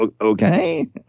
Okay